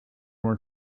were